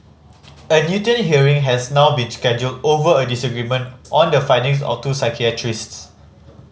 a Newton hearing has now been scheduled over a disagreement on the findings of two psychiatrists